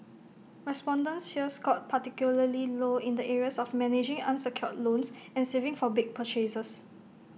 respondents here scored particularly low in the areas of managing unsecured loans and saving for big purchases